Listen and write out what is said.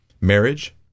marriage